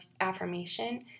affirmation